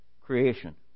creation